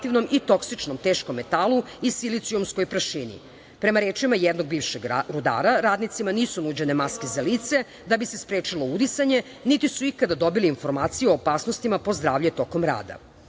i toksičnom teškom metalu i silicijumskoj prašini. Prema rečima jednog bivšeg rudara, radnicima nisu nuđene maske za lice da bi se sprečilo udisanje, niti su ikada dobili informaciju o opasnostima po zdravlje tokom